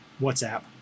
whatsapp